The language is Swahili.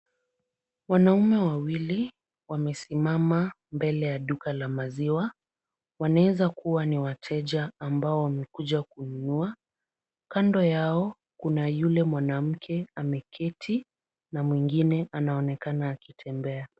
Wanaume wawili wamesimama mbele ya duka la maziwa. Wanaweza kuwa ni wateja ambao wamekuja kununua. Kando yao kuna yule mwanamke ameketi na mwingine anaonekana akitembea.